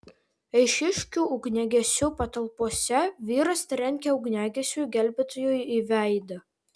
eišiškių ugniagesių patalpose vyras trenkė ugniagesiui gelbėtojui į veidą